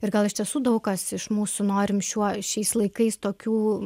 ir gal iš tiesų daug kas iš mūsų norim šiuo šiais laikais tokių